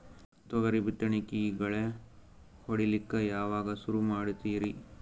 ತೊಗರಿ ಬಿತ್ತಣಿಕಿಗಿ ಗಳ್ಯಾ ಹೋಡಿಲಕ್ಕ ಯಾವಾಗ ಸುರು ಮಾಡತೀರಿ?